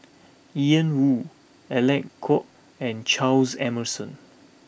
Ian Woo Alec Kuok and Charles Emmerson